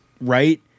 Right